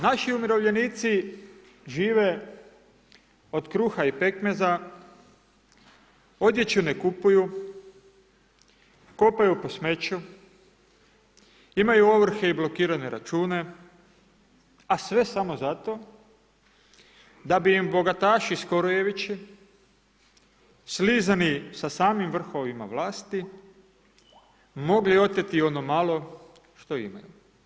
Naši umirovljenici žive od kruha i pekmeza, odjeću ne kupuju, kopaju po smeću, imaju ovrhe i blokirane račune, a sve samo zato da bi im bogataši skorojevići, slizani sa samim vrhovima vlasti mogli oteti ono malo što imaju.